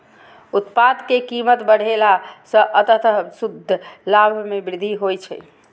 उत्पाद के कीमत बढ़ेला सं अंततः शुद्ध लाभ मे वृद्धि होइ छै